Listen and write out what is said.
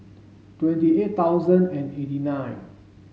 twenty eight thousand and eighty nine